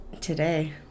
today